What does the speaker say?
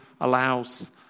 allows